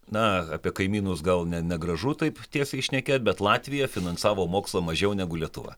na apie kaimynus gal ne negražu taip tiesiai šnekėt bet latvija finansavo mokslo mažiau negu lietuva